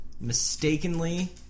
mistakenly